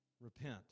repent